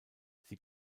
sie